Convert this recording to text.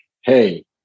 hey